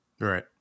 Right